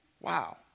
Wow